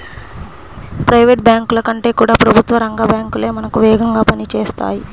private బ్యాంకుల కంటే కూడా ప్రభుత్వ రంగ బ్యాంకు లే మనకు వేగంగా పని చేస్తాయి